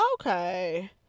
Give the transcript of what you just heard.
okay